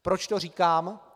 Proč to říkám?